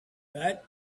that